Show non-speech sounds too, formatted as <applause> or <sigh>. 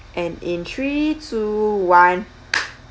and in three two one <noise>